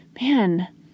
Man